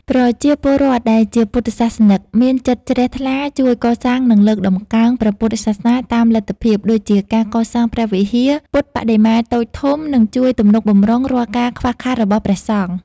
ប្រជាពលរដ្ឋដែលជាពុទ្ធសាសនិកមានចិត្តជ្រះថ្លា ជួយកសាង និងលើកតម្កើងព្រះពុទ្ធសាសនាតាមលទ្ធភាព ដូចជាការកសាងព្រះវិហារ ពុទ្ធប្បដិមាតូចធំ និងជួយទំនុកបម្រុងរាល់ការខ្វះខាតរបស់ព្រះសង្ឃ។